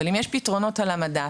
אבל אם יש פתרונות על המדף,